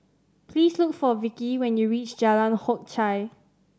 please look for Vickie when you reach Jalan Hock Chye